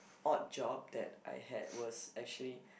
odd job that I had was actually